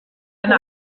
eine